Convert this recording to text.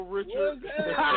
Richard